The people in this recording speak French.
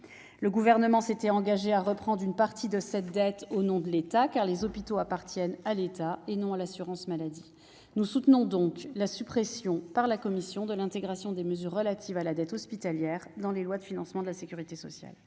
Le Gouvernement s'était engagé à reprendre une partie de cette dette au nom de l'État, car les hôpitaux appartiennent à l'État et non à l'assurance maladie. Nous soutenons donc la suppression, par la commission, de l'intégration des mesures relatives à la dette hospitalière dans les lois de financement de la sécurité sociale.